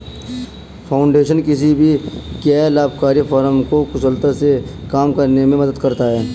foundation किसी भी गैर लाभकारी फर्म को कुशलता से काम करने में मदद करता हैं